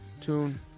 tune